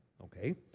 Okay